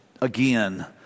again